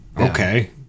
okay